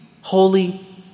holy